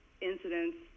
incidents